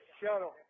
shuttle